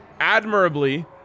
admirably